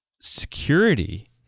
security